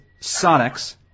Sonics